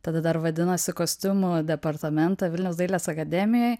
tada dar vadinosi kostiumų departamentą vilniaus dailės akademijoj